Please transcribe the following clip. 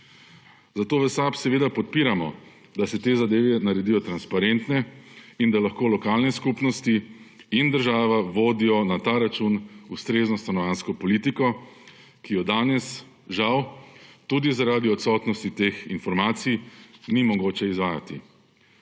Zato v SAB seveda podpiramo, da se te zadeve naredijo transparentne in da lahko lokalne skupnosti in država vodijo na ta račun ustrezno stanovanjsko politiko, ki jo danes, žal tudi zaradi odsotnosti teh informacij, ni mogoče izvajati.